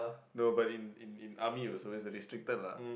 no but in in in army it was always restricted lah